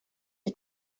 est